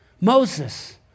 Moses